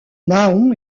nahon